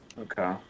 Okay